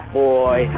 boy